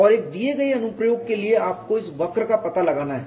और एक दिए गए अनुप्रयोग के लिए आपको इस वक्र का पता लगाना है